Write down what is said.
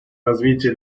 развитие